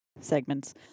segments